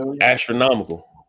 astronomical